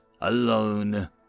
alone